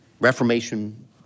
Reformation